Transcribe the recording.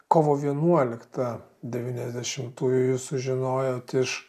kovo vienuoliktą devyniasdešimtųjų jūs sužinojot iš